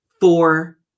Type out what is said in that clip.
four